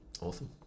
awesome